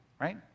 right